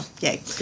yay